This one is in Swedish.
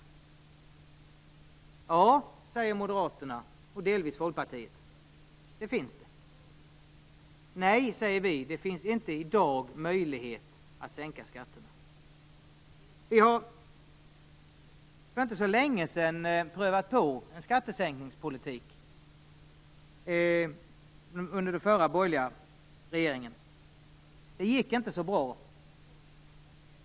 Ja, säger Moderaterna och delvis Folkpartiet. Nej, säger vi. Det finns i dag inte möjlighet att sänka skatterna. Vi har för inte så länge sedan prövat på en skattesänkningspolitik. Det var under den borgerliga regeringsperioden. Det gick inte så bra.